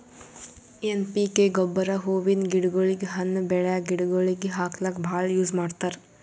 N P K ಗೊಬ್ಬರ್ ಹೂವಿನ್ ಗಿಡಗೋಳಿಗ್, ಹಣ್ಣ್ ಬೆಳ್ಯಾ ಗಿಡಗೋಳಿಗ್ ಹಾಕ್ಲಕ್ಕ್ ಭಾಳ್ ಯೂಸ್ ಮಾಡ್ತರ್